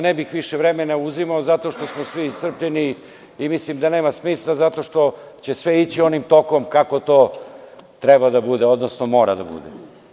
Ne bih više vremena uzimao zato što smo svi iscrpljeni i mislim da nema smisla zato što će sve ići onim tokom kako to treba da bude, odnosno mora da bude.